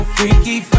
Freaky